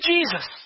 Jesus